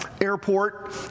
Airport